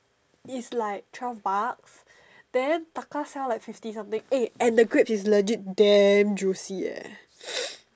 is like twelve bucks then Taka sell like fifty something eh and the grapes is legit damn juicy eh